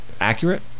accurate